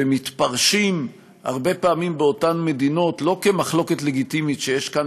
ומתפרשים הרבה פעמים באותן מדינות לא כמחלוקת לגיטימית שיש כאן